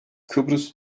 kıbrıs